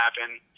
happen